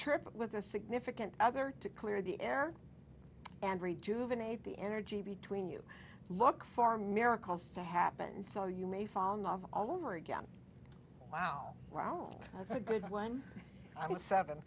trip with the significant other to clear the air and rejuvenating the energy between you look for miracles to happen so you may fall in love all over again wow wow that's a good one